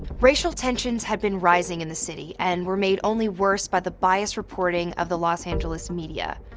racial tensions had been rising in the city, and were made only worse by the biased reporting of the los angeles media.